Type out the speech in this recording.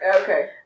Okay